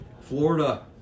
Florida